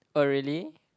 oh really